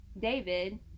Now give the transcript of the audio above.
David